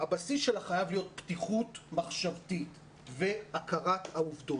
הבסיס שלה חייב להיות פתיחות מחשבתית והכרת העובדות,